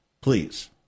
Please